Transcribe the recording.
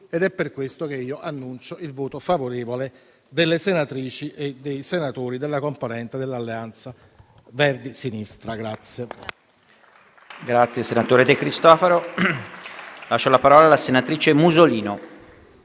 ed è per questo che annuncio il voto favorevole delle senatrici e dei senatori della componente dell'Alleanza Verdi-Sinistra.